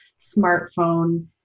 smartphone